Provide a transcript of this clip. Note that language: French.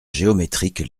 géométrique